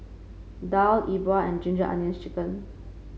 Daal E Bua and Ginger Onions chicken